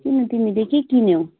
किन तिमीले के किन्यौ